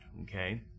Okay